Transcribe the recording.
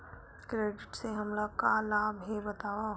Credit से हमला का लाभ हे बतावव?